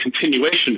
continuation